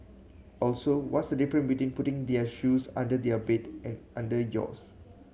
also what's the different between putting their shoes under their bed and under yours